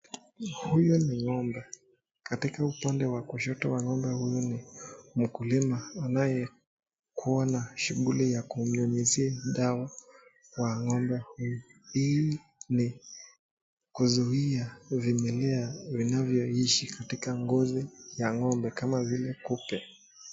Huyu ni ngombe. Katika upande wa kushoto wa ngombe huyu mkulima anaye kua na shughuli ya kumnyunyuzia dawa kwa ngombe huyu ni kuzuia vimelea vinavyoishi katika ngozi ya ngombe kama vile kupe.